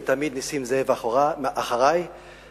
ותמיד נסים זאב אחרי, יושב-ראש הישיבה.